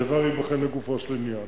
הדבר ייבחן לגופו של עניין.